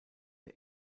der